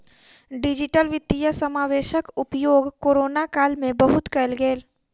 digital वित्तीय समावेशक उपयोग कोरोना काल में बहुत कयल गेल